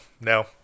no